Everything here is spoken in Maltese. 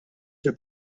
fil